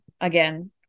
again